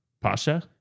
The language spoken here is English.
Pasha